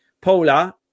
Paula